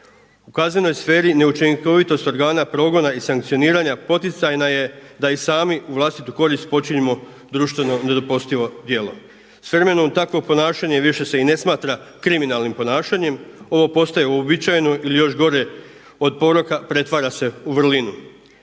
U kaznenoj sferi neučinkovitost organa progona i sankcioniranja poticajna je da i sami u vlastitu korist počinimo društveno nedopustivo djelo. S vremenom takvo ponašanje više se i ne smatra kriminalnim ponašanjem, ovo postaje uobičajeno ili još gore od poroka pretvara se u vrlinu.